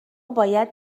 باید